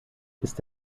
ist